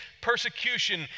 persecution